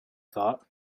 thought